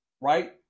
right